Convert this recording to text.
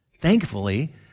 Thankfully